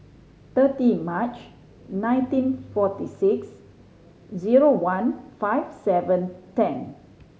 thirty March nineteen forty six zero one five seven ten